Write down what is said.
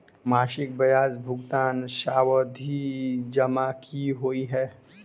मासिक ब्याज भुगतान सावधि जमा की होइ है?